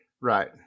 Right